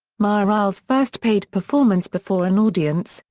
mireille's first paid performance before an audience,